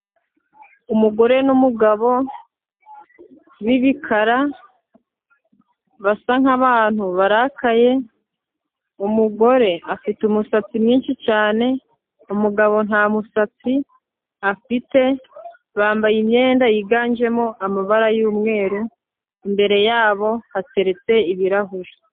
Umugore n'umugabo b'ibikara, basa nk'abantu barakaye, umugore afite umusatsi mwinshi cyane, umugabo nta musatsi afite, bambaye imyenda yiganjemo amabara y'umweru, imbere yabo hateretse ibirahuri.